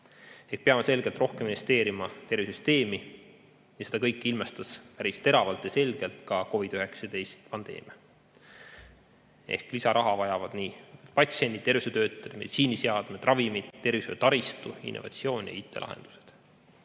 Peame selgelt rohkem investeerima tervishoiusüsteemi. Seda kõike ilmestas päris teravalt ja selgelt ka COVID-19 pandeemia. Ehk lisaraha vajavad nii patsiendid, tervishoiutöötajad, meditsiiniseadmed, ravimid, tervishoiutaristu, innovatsioon kui ka IT-lahendused.